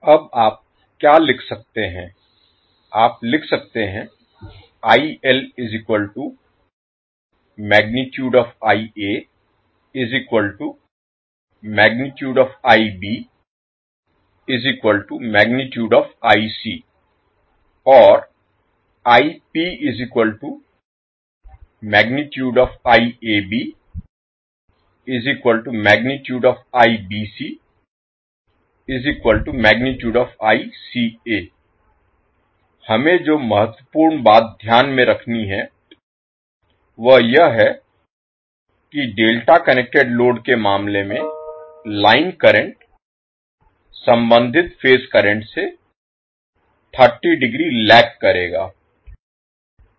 अब आप क्या लिख सकते हैं आप लिख सकते हैं और हमें जो महत्वपूर्ण बात ध्यान में रखनी है वह यह है कि डेल्टा कनेक्टेड लोड के मामले में लाइन करंट संबंधित फेज करंट से 30 डिग्री लैग Lag पीछे करेगा